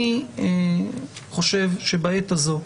אני חושב שבעת הזו,